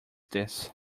this